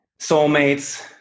soulmates